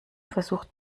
versucht